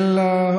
של,